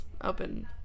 open